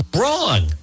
Wrong